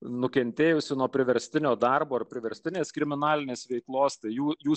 nukentėjusių nuo priverstinio darbo ar priverstinės kriminalinės veiklos jų jų